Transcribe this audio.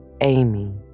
Amy